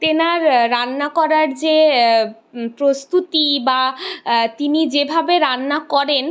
তেনার রান্না করার যে প্রস্তুতি বা তিনি যেভাবে রান্না করেন